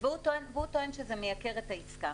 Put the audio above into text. הוא טוען שזה מייקר את העסקה.